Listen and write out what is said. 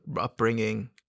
upbringing